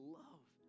love